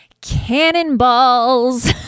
Cannonballs